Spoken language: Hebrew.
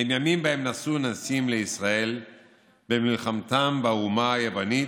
הם ימים שבהם נעשו ניסים לישראל במלחמתם באומה היוונית,